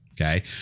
Okay